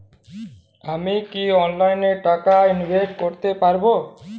আমি কি অনলাইনে টাকা ইনভেস্ট করতে পারবো?